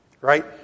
right